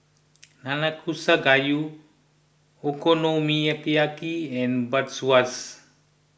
Nanakusa Gayu Okonomiyaki and Bratwurst